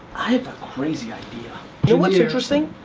i have a crazy idea. you know what's interesting?